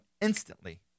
instantly